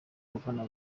bafana